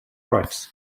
rights